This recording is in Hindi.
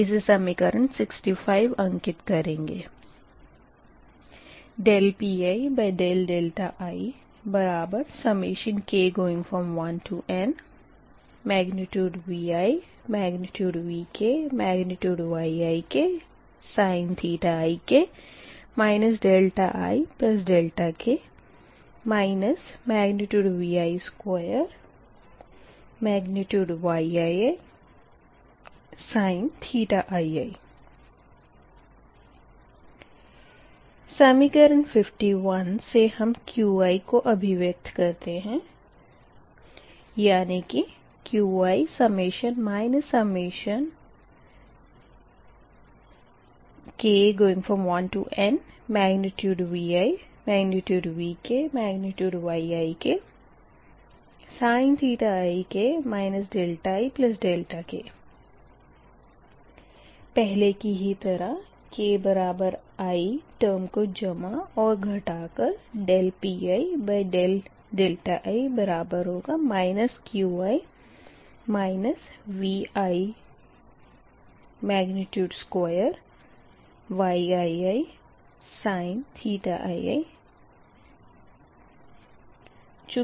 इसे समीकरण 65 अंकित करेंगेPiik1nViVkYiksin ik ik Vi2Yiisin ii समीकरण 51 से हम Qi को अभिव्यक्त करते है यानी कि Qi k1nViVkYiksin ik ik पहले की ही तरह ki टर्म को जमा और घटा कर Pii Qi Vi2Yiisin ii प्राप्त होगा